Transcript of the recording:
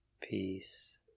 Peace